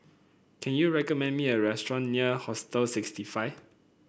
can you recommend me a restaurant near Hostel sixty five